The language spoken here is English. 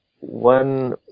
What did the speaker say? one